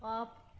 of